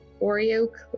Oreo